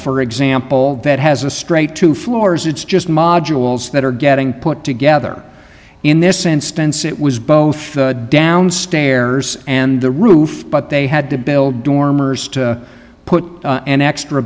for example that has a straight two floors it's just modules that are getting put together in this instance it was both downstairs and the roof but they had to build dormers to put an extra